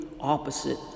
opposite